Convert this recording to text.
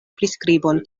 priskribon